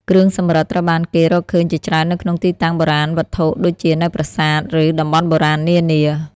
គ្រឿងសំរឹទ្ធិត្រូវបានគេ រកឃើញជាច្រើននៅក្នុងទីតាំងបុរាណវត្ថុ ដូចជានៅប្រាសាទ ឬតំបន់បុរាណនានា។